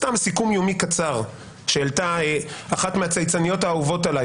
סתם סיכום יומי קצר שהעלתה אחת מהצייצניות האהובות עלי,